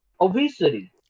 obesity